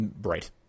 Right